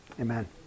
amen